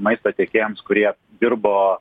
maisto tiekėjams kurie dirbo